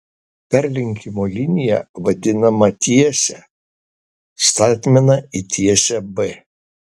perlenkimo linija vadinama tiese statmena į tiesę b